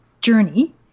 journey